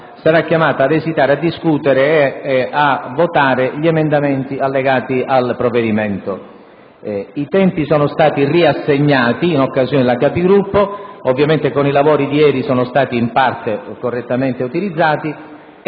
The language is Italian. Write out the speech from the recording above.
sia chiamata a discutere e a votare gli emendamenti riferiti al provvedimento. I tempi sono stati riassegnati in occasione della Conferenza e ovviamente con i lavori di ieri sono stati, in parte, correttamente utilizzati.